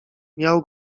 miał